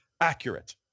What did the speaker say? accurate